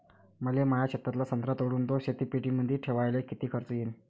मले माया शेतातला संत्रा तोडून तो शीतपेटीमंदी ठेवायले किती खर्च येईन?